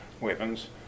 weapons